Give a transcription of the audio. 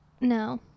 No